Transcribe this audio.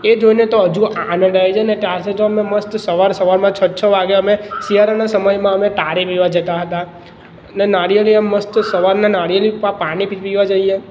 એ જોઈને તો હજુ આનંદ આવી જાય ને ત્યારથી તો અમે મસ્ત સવાર સવારમાં છ છ વાગે અમે શિયાળાના સમયમાં અમે ટાળી પીવા જતા હતા અને નારિયેળ એમ મસ્ત સવારના નારિયેળ પાણી પીવા જઈએ